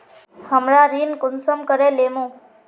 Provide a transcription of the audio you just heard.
हमरा ऋण कुंसम करे लेमु?